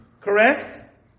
correct